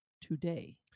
today